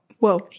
Whoa